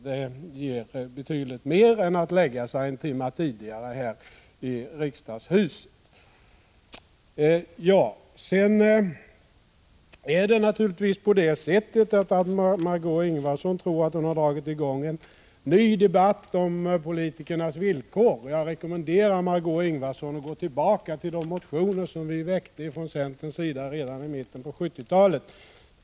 Det ger betydligt mer än att man kan lägga sig en timme tidigare här i riksdagshuset.